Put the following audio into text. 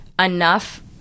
enough